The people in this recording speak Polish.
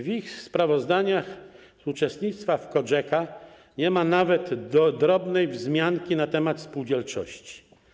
W ich sprawozdaniach uczestnictwa w COGECA nie ma nawet drobnej wzmianki nt. spółdzielczości.